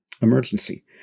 emergency